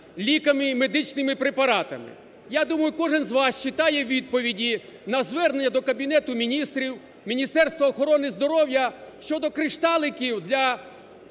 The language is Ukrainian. ліками і медичними препаратами. Я думаю, кожен з вас читає відповіді на звернення до Кабінету Міністрів, Міністерства охорони здоров'я щодо кришталиків для